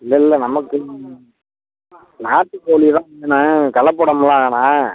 இல்லல்ல நமக்கு நாட்டுக்கோழி தான் வேணும் கலப்படம்லாம் வேணாம்